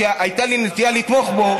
שהייתה לי נטייה לתמוך בו.